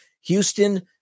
Houston